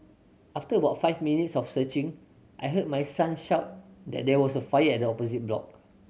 after was five minutes of searching I heard my son shout that there was a fire at the opposite block